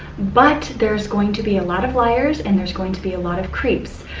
but there's going to be a lot of liars and there's going to be a lot of creeps.